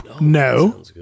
No